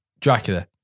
Dracula